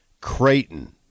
Creighton